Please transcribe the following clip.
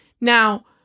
Now